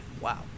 wow